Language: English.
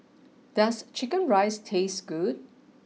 does chicken rice taste good